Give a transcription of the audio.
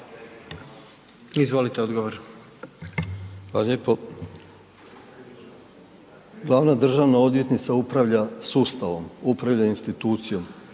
Izvolite, odgovor.